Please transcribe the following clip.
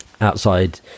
outside